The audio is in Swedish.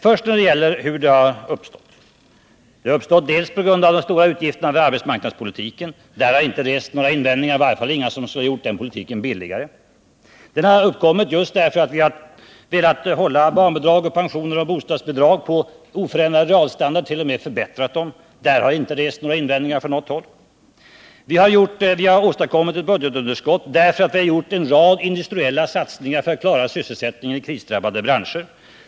Vad först gäller frågan hur det har uppstått vill jag peka på de stora utgifterna för arbetsmarknadspolitiken. Mot dessa har det inte rests några invändningar, i varje fall inte sådana som skulle göra den politiken billigare. Vi har vidare velat hålla barnbidrag, pensioner och bostadsbidrag på en oförändrad real nivå, och vi hart.o.m. förbättrat den. Mot detta har det inte rests några invändningar från något håll. Vi har åstadkommit detta budgetunderskott därför att vi gjort en rad industriella satsningar för att klara sysselsättningen i krisdrabbade branscher.